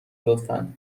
لطفا